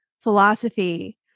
philosophy